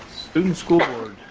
student school board,